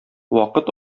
вакыт